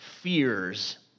fears